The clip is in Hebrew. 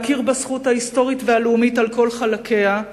להכיר בזכות ההיסטורית והלאומית על כל חלקיה,